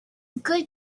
good